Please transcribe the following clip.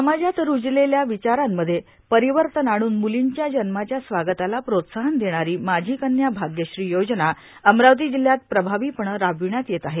समाजात रुजलेल्या विचारांमध्ये परिवर्तन आणून म्लींच्या जन्माच्या स्वागताला प्रोत्साहन देणारी माझी कन्या भाग्यश्री योजना अमरावती जिल्हयात प्रभावीपणे राबविण्यात येत आहे